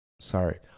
Sorry